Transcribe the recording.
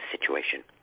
situation